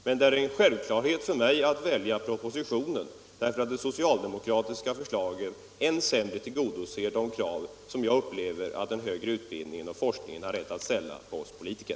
Men det är en självklarhet för mig att välja propositionen, därför att det socialdemokratiska förslaget ännu sämre tillgodoser de krav som jag upplever att den högre utbildningen och forskningen har rätt att ställa på oss politiker.